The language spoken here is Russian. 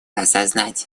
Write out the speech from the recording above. осознать